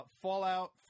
Fallout